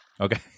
Okay